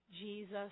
Jesus